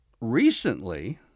recently